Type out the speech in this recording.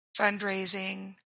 fundraising